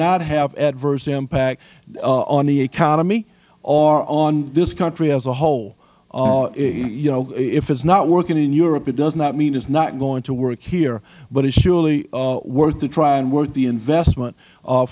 not have adverse impact on the economy or on this country as a whole you know if it is not working in europe it does not mean it is not going to work here but it is surely worth a try and worth the investment